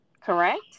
correct